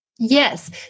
Yes